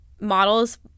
models